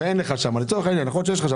מההכשרות?